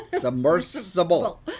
Submersible